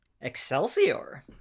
excelsior